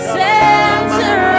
center